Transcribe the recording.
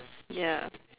ya